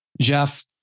Jeff